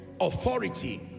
authority